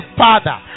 father